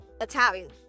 Italian